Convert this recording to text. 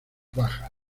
bajas